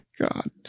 god